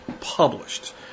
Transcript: published